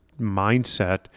mindset